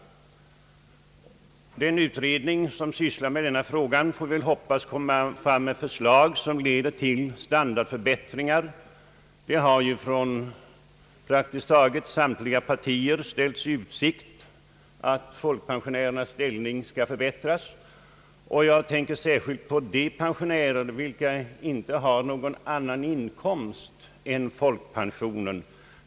Den utredning som sysslar med den saken får vi hoppas kommer fram till ett förslag som leder till standardförbättringar. Samtliga partier har ju ställt i utsikt att folkpensionärernas ställning skall förbättras. Jag tänker särskilt på de pensionärer vilka inte har någon annan inkomst än folkpensionen.